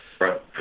Right